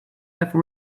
have